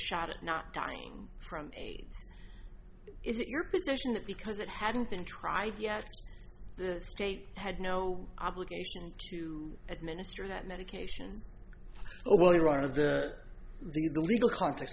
shot at not dying from aids is it your position that because it hadn't been tried yet the state had no obligation to administer that medication only one of the the legal context